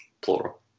plural